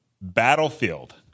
Battlefield